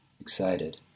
excited